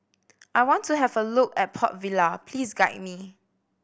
I want to have a look a Port Vila please guide me